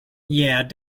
yeah